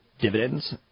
dividends